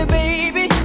baby